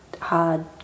hard